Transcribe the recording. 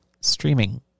streaming